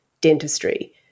dentistry